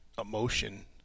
emotion